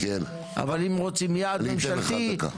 אבל אם רוצים יעד ממשלתי,